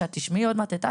ואת תשמעי עוד מעט את אשר,